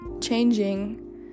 changing